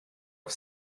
auf